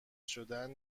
شدن